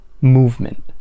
movement